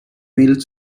mill